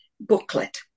booklet